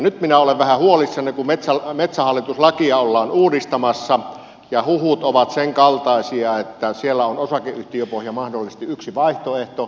nyt minä olen vähän huolissani kun metsähallituslakia ollaan uudistamassa ja huhut ovat senkaltaisia että siellä on osakeyhtiöpohja mahdollisesti yksi vaihtoehto